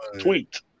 tweet